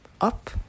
up